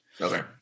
Okay